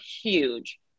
huge